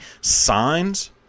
signs